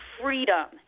freedom